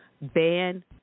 ban